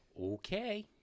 Okay